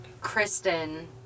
Kristen